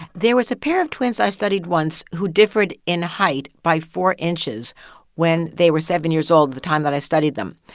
there was a pair of twins i studied once who differed in height by four inches when they were seven years old, the time that i studied them.